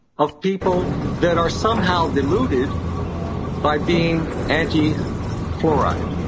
of people that are somehow deluded by being anti fluoride.